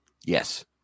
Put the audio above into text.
Yes